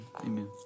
amen